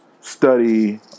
study